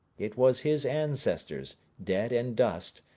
it was his ancestors, dead and dust,